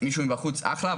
מישהו מבחוץ אחלה.